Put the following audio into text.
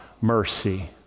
mercy